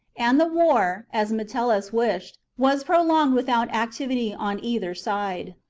and the war, as metellus wished, was prolonged with out activity on either side.